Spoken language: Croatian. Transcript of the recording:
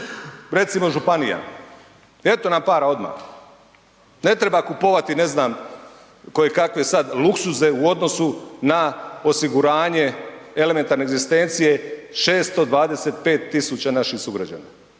recimo županija. Eto nam para odmah, ne treba kupovati ne znam koje kakve sad luksuze u odnosu na osiguranje elementarne egzistencije 625 tisuća naših sugrađana